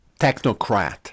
technocrat